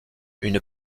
une